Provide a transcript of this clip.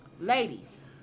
Ladies